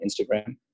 Instagram